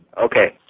Okay